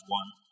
one